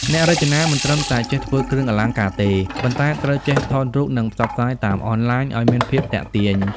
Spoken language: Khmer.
អ្នករចនាមិនត្រឹមតែចេះធ្វើគ្រឿងអលង្ការទេ ប៉ុន្តែត្រូវចេះថតរូប និងផ្សព្វផ្សាយតាមអនឡាញឱ្យមានភាពទាក់ទាញ។